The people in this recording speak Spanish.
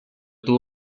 tuvo